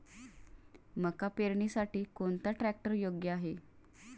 मका पेरणीसाठी कोणता ट्रॅक्टर योग्य आहे?